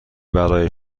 برای